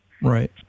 Right